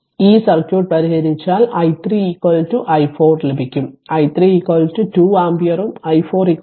അതിനാൽ ഈ സർക്യൂട്ട് പരിഹരിച്ചാൽ r i3 i4 ലഭിക്കും i3 2 ആമ്പിയറും i4 1